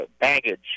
baggage